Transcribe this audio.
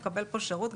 מקבל פה שירות.